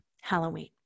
Halloween